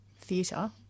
theatre